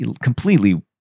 completely